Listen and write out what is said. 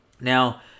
now